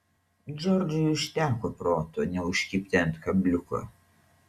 džordžui užteko proto neužkibti ant kabliuko